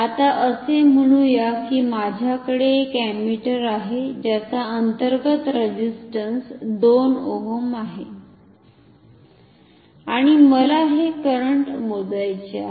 आता असे म्हणुया की माझ्याकडे एक अमीटर आहे ज्याचा अंतर्गत रेझिस्टंस 2 ओहम आहे आणि मला हे करंट मोजायचे आहे